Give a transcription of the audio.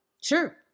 Sure